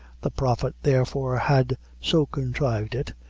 the prophet, therefore, had so contrived it,